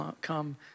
come